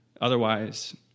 Otherwise